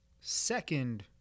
second